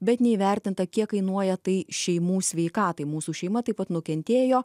bet neįvertinta kiek kainuoja tai šeimų sveikatai mūsų šeima taip pat nukentėjo